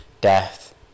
death